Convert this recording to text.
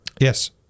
Yes